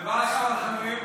ומה עשו האחרים?